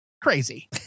crazy